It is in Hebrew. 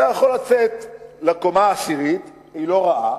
אתה יכול לצאת לקומה העשירית, היא לא רעה,